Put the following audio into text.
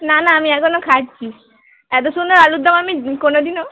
না না আমি এখনো খাচ্ছি এত সুন্দর আলুরদম আমি কোনো দিনও